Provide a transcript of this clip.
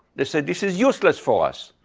they'll say this is useless for us.